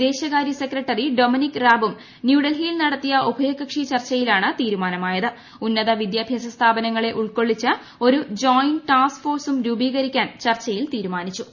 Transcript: വിദേശകാര്യ secretary Dominic റാബും ന്യൂഡൽഹിയിൽ നടത്തിയ ഉഭയകക്ഷി ചർച്ചയിലാണ് ക്കും കാണ്ട് ഉന്നത വിദ്യാഭ്യാസ സ്ഥാപനങ്ങളെ ഉൾക്കൊള്ളിച്ച് ഒരു ജോയിന്റ് ടാസ്ക് ഫോഴ്സും രൂപീകരിക്കാൻ ചർച്ചയിൽ തീരുമാനിച്ചു